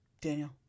Daniel